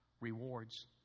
rewards